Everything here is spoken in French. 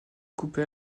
coupée